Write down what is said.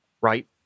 right